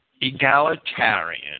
egalitarian